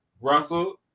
russell